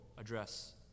address